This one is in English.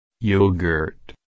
Yogurt